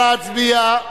נא להצביע.